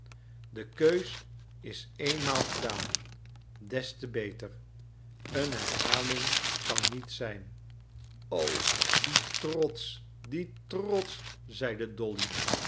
de keus is eenmaal gedaan des te beter een herhaling kan niet zijn o die trots die trots zeide dolly